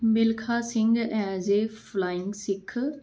Milkha Singh as a flying Sikh